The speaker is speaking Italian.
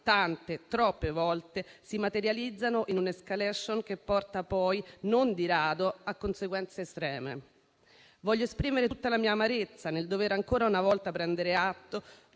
tante, troppe volte si materializzano in un'*escalation* che porta non di rado a conseguenze estreme. Voglio esprimere tutta la mia amarezza nel dover ancora una volta prendere atto